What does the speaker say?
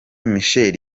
michel